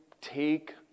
take